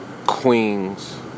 Queens